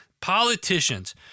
politicians